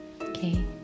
Okay